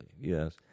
yes